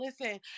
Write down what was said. listen